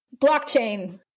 Blockchain